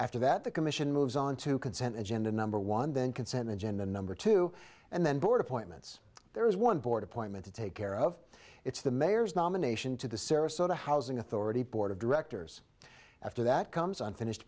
after that the commission moves onto consent agenda number one then consent agenda number two and then board appointments there is one board appointment to take care of it's the mayor's nomination to the sarasota housing authority board of directors after that comes unfinished